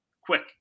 quick